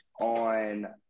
on